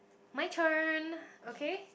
my turn okay